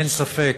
אין ספק,